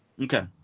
Okay